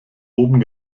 oben